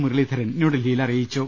മുരളീധരൻ ന്യൂഡൽഹി യിൽ അറിയിച്ചു